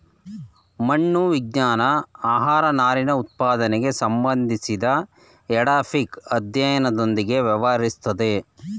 ಮಣ್ಣು ವಿಜ್ಞಾನ ಆಹಾರನಾರಿನಉತ್ಪಾದನೆಗೆ ಸಂಬಂಧಿಸಿದಎಡಾಫಿಕ್ಅಧ್ಯಯನದೊಂದಿಗೆ ವ್ಯವಹರಿಸ್ತದೆ